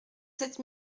sept